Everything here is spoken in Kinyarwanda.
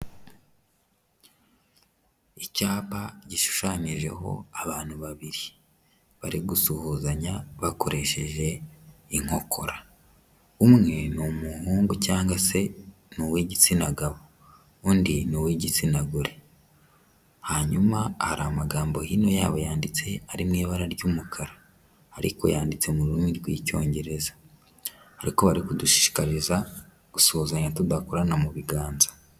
Icyapa gishushanyijeho abantu babiri bari gusuhuzanya bakoresheje inkokora, umwe ni umuhungu cyangwa se n'uw'igitsina gabo undi ni uw'igitsina gore, hanyuma hari amagambo hino yabo yanditse ari mu ibara ry'umukara, ariko yanditse mu rurimi rw'Icyongereza, ariko bari kudushishikariza gusuhuzanya tudakorana mu biganza.